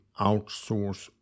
outsource